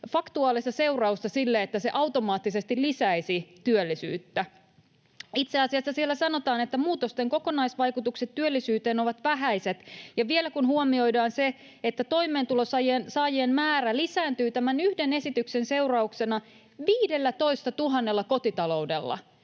faktuaalista seurausta, että se automaattisesti lisäisi työllisyyttä. Itse asiassa siellä sanotaan, että muutosten kokonaisvaikutukset työllisyyteen ovat vähäiset. Vielä kun huomioidaan se, että toimeentulotuen saajien määrä lisääntyy tämän yhden esityksen seurauksena 15 000 kotitaloudella,